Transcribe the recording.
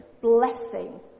blessing